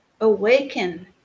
awaken